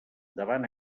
davant